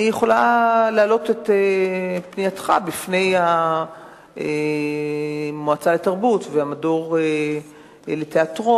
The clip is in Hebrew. אני יכולה להעלות את פנייתך בפני המועצה לתרבות והמדור לתיאטרון,